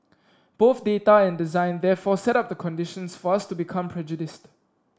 both data and design therefore set up the conditions for us to become prejudiced